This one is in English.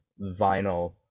vinyl